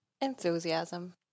Enthusiasm